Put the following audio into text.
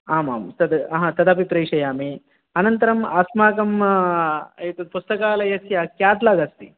आमाम् तद् तदपि प्रेषयामि अनन्तरम् अस्माकम् एतत् पुस्तकालयस्य केटलाग् अस्ति